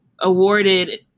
awarded